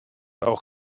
auch